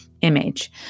image